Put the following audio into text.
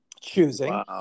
Choosing